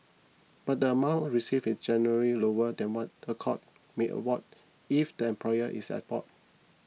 but the amount received generally lower than what a court may award if the employer is at fault